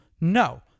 No